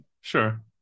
sure